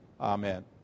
Amen